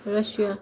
Russia